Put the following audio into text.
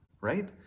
right